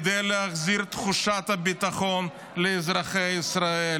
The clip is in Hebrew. כדי להחזיר את תחושת הביטחון לאזרחי ישראל,